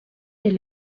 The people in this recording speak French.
des